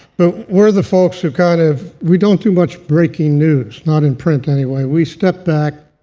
but we're the folks who kind of we don't do much breaking news, not in print anyway. we step back,